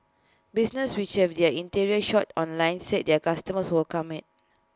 businesses which have their interior shots online said their customers welcome IT